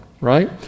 right